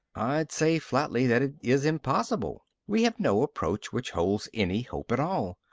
i'd say flatly that it is impossible. we have no approach which holds any hope at all.